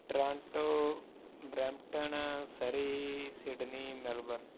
Toronto Brampton Surrey Sydney Melbourne